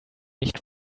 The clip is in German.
nicht